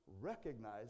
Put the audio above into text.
recognize